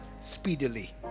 speedily